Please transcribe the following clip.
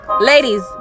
Ladies